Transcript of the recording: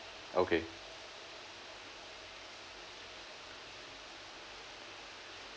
okay